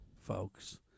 folks